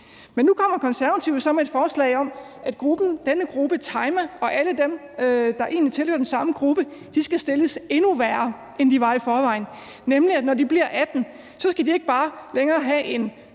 Men nu kommer Konservative så med et forslag om, at denne gruppe, Tajma og alle dem, der egentlig tilhører den samme gruppe, skal stilles endnu værre, end de var i forvejen, nemlig at når de bliver 18 år, skal de ikke bare længere have en